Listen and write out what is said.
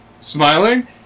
smiling